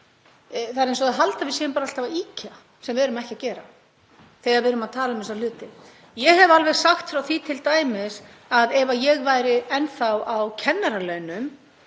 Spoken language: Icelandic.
Það er eins og það haldi að við séum bara alltaf að ýkja, sem við erum ekki að gera þegar við erum að tala um þessa hluti. Ég hef alveg sagt frá því t.d. að ef ég væri enn þá á kennaralaunum